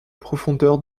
profondeur